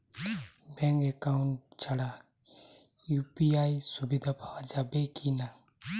Bank account ছাড়া UPI সুবিধা পাওয়া যাবে কি না?